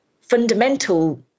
fundamental